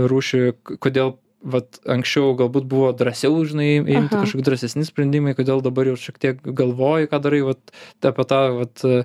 rūšį kodėl vat anksčiau galbūt buvo drąsiau žinai aišku drąsesni sprendimai kodėl dabar jau šiek tiek galvoji ką darai vat apie tą vat